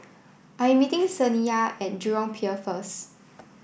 I am meeting Saniya at Jurong Pier first